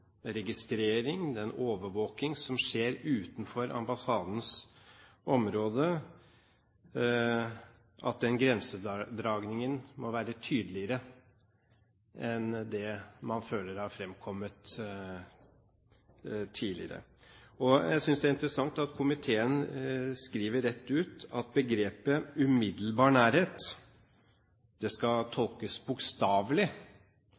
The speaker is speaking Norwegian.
registrering og den overvåking som skjer utenfor ambassadens område, må grensedragningen være tydeligere enn det man føler har fremkommet tidligere. Jeg synes det er interessant at komiteen skriver rett ut at begrepet «umiddelbar nærhet» skal